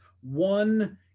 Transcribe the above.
one